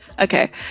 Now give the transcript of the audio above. Okay